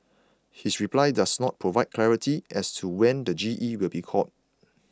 his reply does not provide clarity as to when the G E will be called